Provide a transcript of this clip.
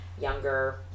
younger